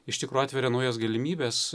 iš tikro atveria naujas galimybes